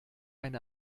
ein